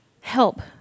help